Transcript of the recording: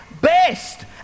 best